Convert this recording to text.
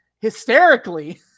hysterically